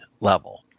level